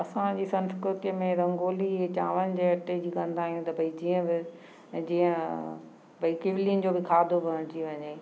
असांजी संस्कृतीअ में रंगोली चांवरनि जे अटे जी कंदा आहियूं त भई जीअं जीअं भई किवलिन जो खाधो बि बणिजी वञे